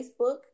Facebook